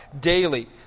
daily